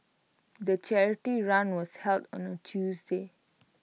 the charity run was held on A Tuesday